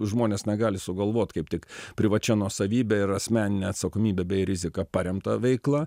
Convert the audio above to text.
žmonės negali sugalvot kaip tik privačia nuosavybe ir asmenine atsakomybe bei rizika paremta veikla